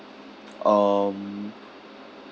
um